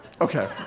okay